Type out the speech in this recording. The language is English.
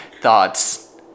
thoughts